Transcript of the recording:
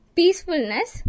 peacefulness